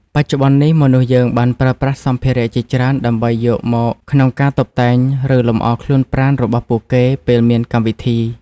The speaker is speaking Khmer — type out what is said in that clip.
បច្ចុប្បន្ននេះមនុស្សយើងបានប្រើប្រាស់សម្ភារៈជាច្រើនដើម្បីយកមកក្នុងការតុបតែងឬលំអរខ្លួនប្រាណរបស់ពួកគេពេលមានកម្មវិធី។